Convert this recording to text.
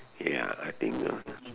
ya I think uh